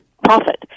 profit